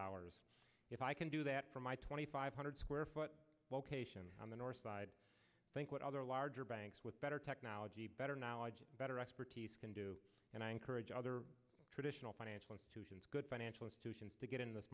dollars if i can do that for my twenty five hundred square foot location on the north side think what other larger banks with better technology better knowledge better expertise can do and i encourage other traditional financial institutions good financial institutions to get in th